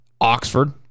Oxford